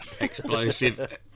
explosive